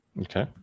Okay